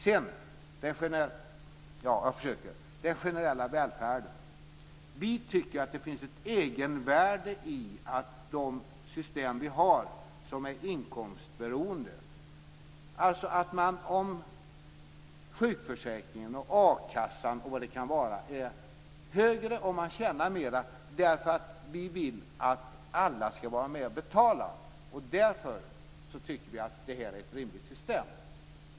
När det gäller den generella välfärden tycker vi att det finns ett egenvärde i att de system vi har är inkomstrelaterade, att alltså sjukförsäkringen, a-kassan och vad det kan vara är högre om man tjänar mer. Vi vill att alla ska vara med och betala, därför tycker vi att det här är ett rimligt system.